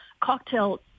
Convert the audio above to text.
cocktail